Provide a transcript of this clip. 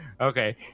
Okay